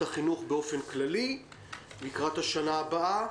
החינוך באופן כללי לקראת השנה הבאה,